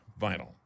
vinyl